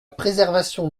préservation